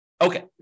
Okay